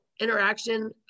interaction